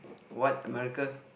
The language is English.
what America